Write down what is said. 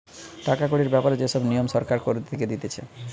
টাকা কড়ির ব্যাপারে যে সব নিয়ম সরকার থেকে দিতেছে